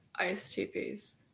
ISTPs